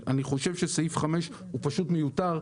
אני חושב שסעיף (5) הוא פשוט מיותר,